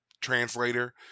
translator